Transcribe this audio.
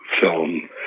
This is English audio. film